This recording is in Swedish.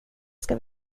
ska